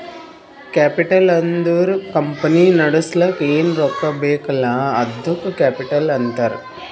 capital ಅಂದುರ್ company ನಡುಸ್ಲಕ್ ಏನ್ ರೊಕ್ಕಾ ಬೇಕಲ್ಲ ಅದ್ದುಕ ಕ್ಯಾಪಿಟಲ್ ಅಂತಾರ್